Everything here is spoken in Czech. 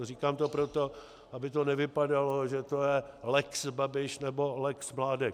Říkám to proto, aby to nevypadalo, že je to lex Babiš nebo lex Mládek.